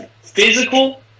physical